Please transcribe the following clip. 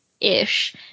ish